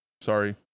sorry